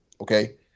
okay